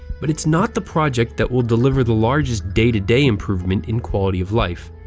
but it's not the project that will deliver the largest day-to-day improvement in quality of life.